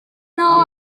naho